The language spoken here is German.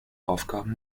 aufgaben